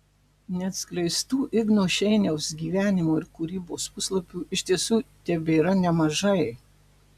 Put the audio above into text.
neatskleistų igno šeiniaus gyvenimo ir kūrybos puslapių iš tiesų tebėra nemažai